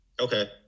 okay